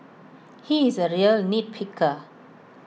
he is A real nit picker